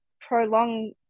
prolong